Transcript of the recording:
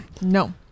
no